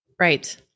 Right